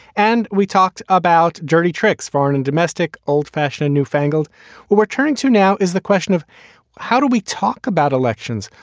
and we talked about dirty tricks, foreign and domestic. old fashioned new-fangled we're turning to now is the question of how do we talk about elections?